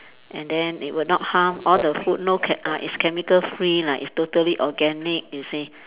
and then it would not harm all the food no chem~ uh it's chemical free lah it's totally organic you see